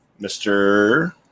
Mr